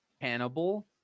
Hannibal